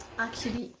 actually,